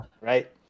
right